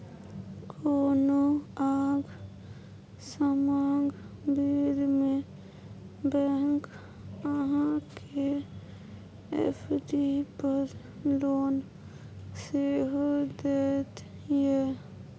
कोनो आंग समांग बेर मे बैंक अहाँ केँ एफ.डी पर लोन सेहो दैत यै